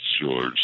George